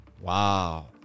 Wow